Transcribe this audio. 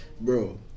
Bro